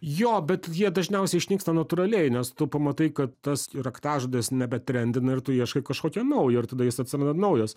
jo bet jie dažniausiai išnyksta natūraliai nes tu pamatai kad tas raktažodis nebetrendina ir tu ieškai kažkokio naujo ir tada jis atsiranda naujos